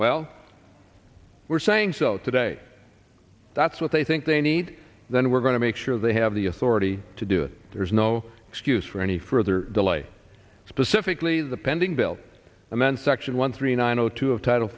while we're saying so today that's what they think they need then we're going to make sure they have the authority to do it there's no excuse for any further delay specifically the pending bill and then section one three nine zero two of title